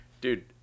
Dude